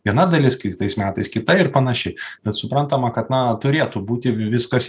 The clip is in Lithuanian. viena dalis kitais metais kita ir panašiai bet suprantama kad na turėtų būti viskas